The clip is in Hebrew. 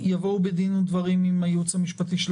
יבואו בדין ודברים עם הייעוץ המשפטי של